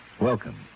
Welcome